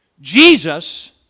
Jesus